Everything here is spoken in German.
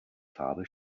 farbe